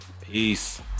peace